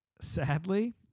sadly